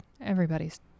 everybody's